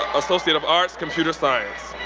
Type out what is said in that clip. associate of arts, computer science.